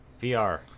VR